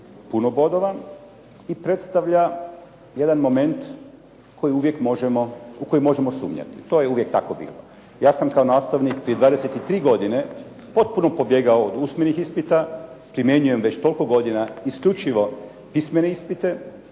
puno bodova i predstavlja jedan moment koji uvijek možemo, u koji možemo sumnjati. To je uvijek tako bilo. Ja sam kao nastavnik prije 23 godine potpuno pobjegao od usmenih ispita, primjenjujem već toliko godina isključivo pismene ispite